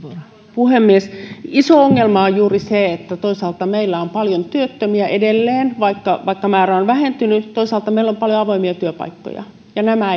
puhemies iso ongelma on juuri se että toisaalta meillä on paljon työttömiä edelleen vaikka vaikka määrä on vähentynyt toisaalta meillä on paljon avoimia työpaikkoja ja nämä